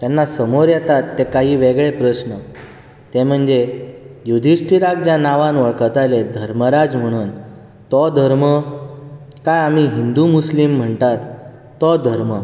तेन्ना समोर येता तें काही वेगळे प्रस्न ते म्हणजे युद्धीष्टीराक ज्या नांवान आमी वळखताले धर्मराज म्हणून तो धर्म काय आमी हिंदू मुस्लीम म्हणटात तो धर्म